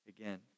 again